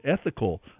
ethical